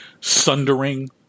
sundering